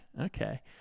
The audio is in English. Okay